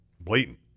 blatant